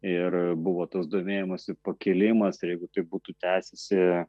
ir buvo tas domėjimosi pakilimas jeigu tai būtų tęsęsi